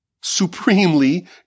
supremely